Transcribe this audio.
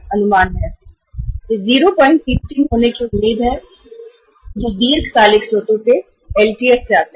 इन 033 की दीर्घकालिक स्रोतों से आने की आशा की जाती है